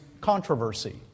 controversy